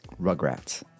Rugrats